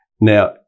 Now